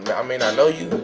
but i i mean, i know you,